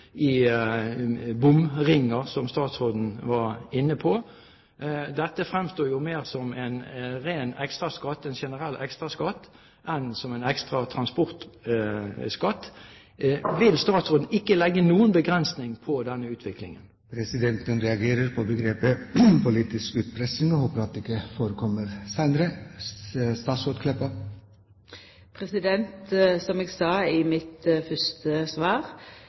som statsråden var inne på. Dette fremstår jo mer som en generell ekstraskatt enn som en ekstra transportskatt. Vil ikke statsråden legge noen begrensninger på denne utviklingen? Presidenten reagerer på begrepet «politisk utpressing» og håper at det ikke forekommer senere. Som eg sa i mitt fyrste svar: